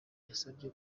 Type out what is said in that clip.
yasabye